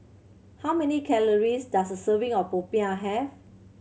how many calories does a serving of popiah have